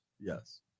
yes